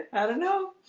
i don't know